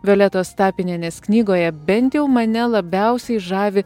violetos tapinienės knygoje bent jau mane labiausiai žavi